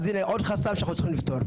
אז הנה עוד חסם שאנחנו צריכים לפתור.